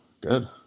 Good